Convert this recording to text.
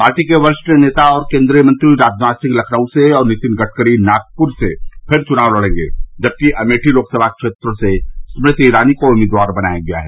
party के वरिष्ठ नेता और केंद्रीय मंत्री राजनाथ सिंह लखनऊ से और नितिन गडकरी नागपुर से फिर चुनाव लड़ेंगे जबकि अमेठी लोकसभा क्षेत्र से स्मृति इरानी को उम्मीदवार बनाया गया है